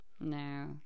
No